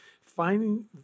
finding